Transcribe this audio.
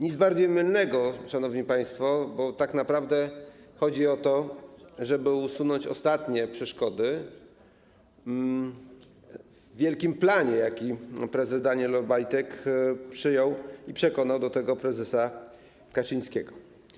Nic bardziej mylnego, szanowni państwo, bo tak naprawdę chodzi o to, żeby usunąć ostatnie przeszkody w wielkim planie, jaki prezes Daniel Obajtek przyjął i w odniesieniu do którego przekonał prezesa Kaczyńskiego.